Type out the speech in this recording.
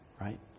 right